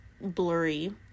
blurry